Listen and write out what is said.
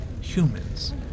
humans